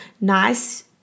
nice